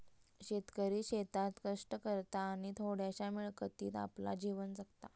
शेतकरी शेतात कष्ट करता आणि थोड्याशा मिळकतीत आपला जीवन जगता